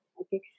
okay